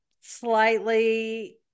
slightly